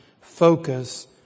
focus